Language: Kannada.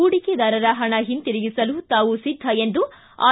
ಹೂಡಿಕೆದಾರರ ಹಣ ಹಿಂತಿರುಗಿಸಲು ತಾವು ಸಿದ್ದ ಎಂದು ಐ